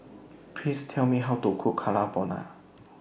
Please Tell Me How to Cook Carbonara